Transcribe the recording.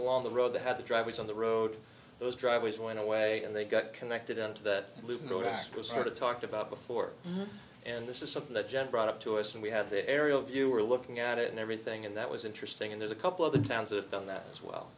along the road that had the drivers on the road those drivers went away and they got connected into that was sort of talked about before and this is something that jen brought up to us and we had the aerial view we're looking at it and everything in that was interesting and there's a couple of the towns of done that as well